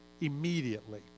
immediately